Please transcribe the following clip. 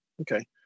Okay